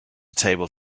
table